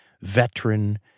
veteran